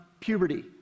Puberty